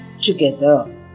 together